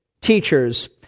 teachers